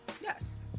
Yes